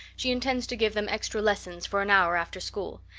she intends to give them extra lessons for an hour after school.